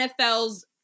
NFL's